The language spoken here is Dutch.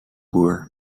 boer